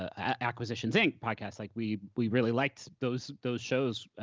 ah acquisitions inc. podcasts. like we we really liked those those shows.